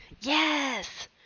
Yes